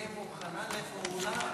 תהיה מוכנה לפעולה.